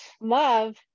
love